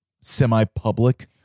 semi-public